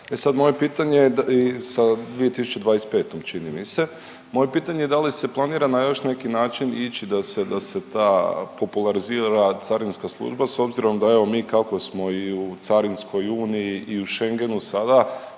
moje pitanje je da li se planira na još neki način ići da se, da se ta popularizira carinska služba s obzirom da evo mi kako smo i u carinskoj uniji i u Schengenu sada,